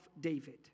David